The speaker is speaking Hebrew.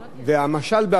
והמשל בעצמו.